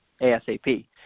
ASAP